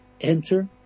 enter